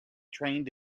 trained